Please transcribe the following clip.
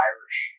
Irish